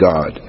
God